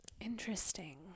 Interesting